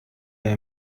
mehr